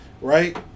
Right